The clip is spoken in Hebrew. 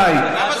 זה סותר?